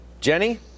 jenny